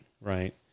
right